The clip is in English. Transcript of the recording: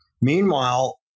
Meanwhile